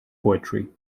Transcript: poetry